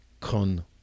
Con